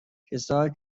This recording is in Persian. کسایی